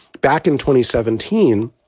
back in twenty seventeen,